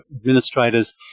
administrators